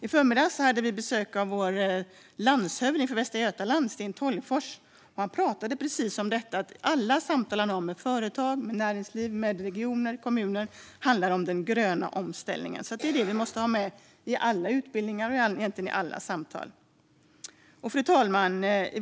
I förmiddags hade vi besök av vår landshövding från Västra Götaland, Sten Tolgfors. Han talade precis om att alla samtal han hade med företag, näringsliv, regioner och kommuner handlade om den gröna omställningen. Det måste vi ha med i alla utbildningar och egentligen i alla samtal. Fru talman!